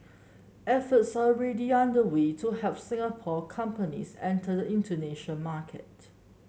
efforts are ready underway to help Singapore companies enter the Indonesian market